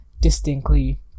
distinctly